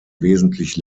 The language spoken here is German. wesentlich